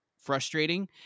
frustrating